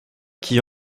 qui